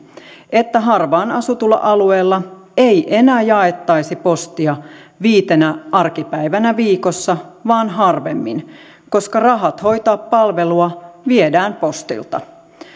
että harvaan asutulla alueella ei enää jaettaisi postia viitenä arkipäivänä viikossa vaan harvemmin koska rahat hoitaa palvelua viedään postilta